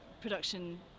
production